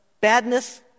badness